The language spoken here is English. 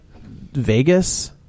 Vegas